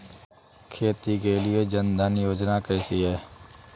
खेती के लिए जन धन योजना कैसी है?